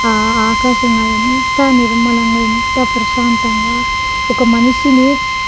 ఆ ఆకాశం కానీ ఎంత నిర్మలంగా ఎంత ప్రశాంతంగా ఒక మనిషిని